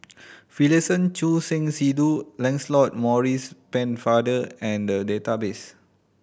Finlayson Choor Singh Sidhu Lancelot Maurice Pennefather are in the database